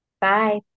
Bye